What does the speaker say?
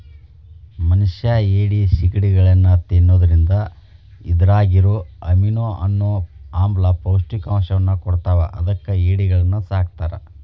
ಮನಷ್ಯಾ ಏಡಿ, ಸಿಗಡಿಗಳನ್ನ ತಿನ್ನೋದ್ರಿಂದ ಇದ್ರಾಗಿರೋ ಅಮೈನೋ ಅನ್ನೋ ಆಮ್ಲ ಪೌಷ್ಟಿಕಾಂಶವನ್ನ ಕೊಡ್ತಾವ ಅದಕ್ಕ ಏಡಿಗಳನ್ನ ಸಾಕ್ತಾರ